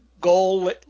goal